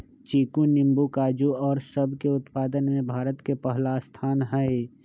चीकू नींबू काजू और सब के उत्पादन में भारत के पहला स्थान हई